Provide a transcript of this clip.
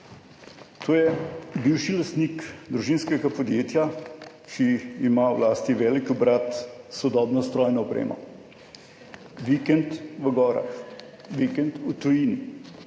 To je bivši lastnik družinskega podjetja, ki ima v lasti velik obrat, sodobno strojno opremo, vikend v gorah, vikend v tujini,